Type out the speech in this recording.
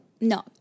No